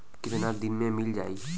कितना दिन में मील जाई?